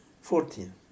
Fourteen